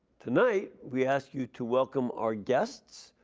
tonight, we ask you to welcome our guests,